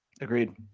agreed